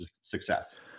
success